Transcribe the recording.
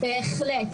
בהחלט.